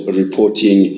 reporting